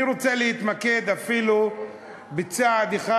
אני רוצה להתמקד אפילו בצעד אחד,